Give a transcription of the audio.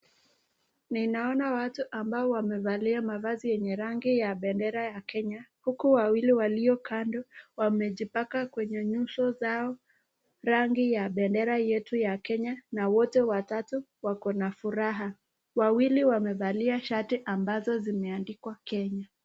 Ninaona watu ambao wamevalia mavazi yenye rangi ya bendera ya Kenya huku wawili walio kando wamejipaka kwenye nyuso zao rangi ya bendera yetu ya Kenya na wote watatu wako na furaha. Wawili wamevalia shati ambazo zimeandikwa Kenya.